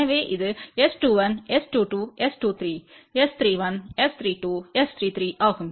எனவே இது S21 S22 S23 S31 S32 S33 ஆகும்